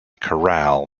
corral